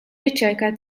riċerka